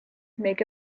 make